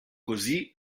così